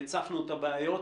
והצפנו את הבעיות,